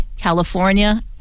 California